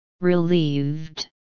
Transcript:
Relieved